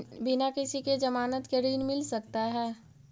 बिना किसी के ज़मानत के ऋण मिल सकता है?